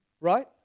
right